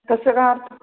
तस्य कः अर्थः